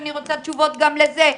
ואני רוצה תשובות גם לזה,